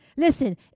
Listen